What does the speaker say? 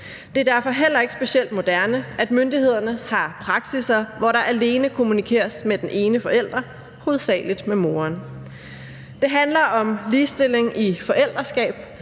Det er derfor heller ikke specielt moderne, at myndighederne har praksisser, hvor der alene kommunikeres med den ene forælder, hovedsagelig med moren. Det handler om ligestilling i forældreskab,